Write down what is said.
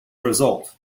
result